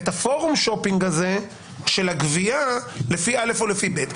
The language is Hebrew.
את ה-Forum shopping הזה של הגבייה לפי א' או לפי ב'.